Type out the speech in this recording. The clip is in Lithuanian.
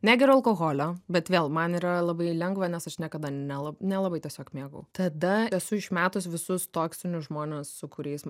negeriu alkoholio bet vėl man yra labai lengva nes aš niekada nela nelabai tiesiog mėgau tada esu išmetus visus toksinius žmones su kuriais